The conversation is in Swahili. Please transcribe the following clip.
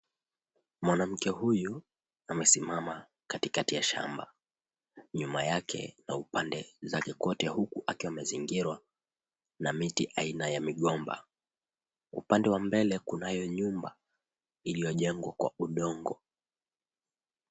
Mwanamke huyu amesimama katikati ya shamba, nyuma yake na upande zake kote, huku akiwa amezingirwa na miti aina ya migomba. Upande wa mbele kunayo nyumba iliyojengwa kwa udongo.